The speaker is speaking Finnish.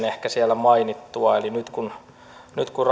ehkä siellä mainittua eli nyt kun nyt kun